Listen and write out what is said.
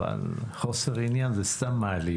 אבל חוסר עניין זה סתם מעליב.